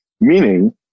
Meaning